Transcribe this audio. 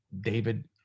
David